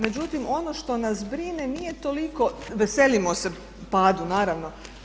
Međutim, ono što nas brine nije toliko, veselimo se padu naravno.